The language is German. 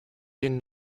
den